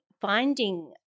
finding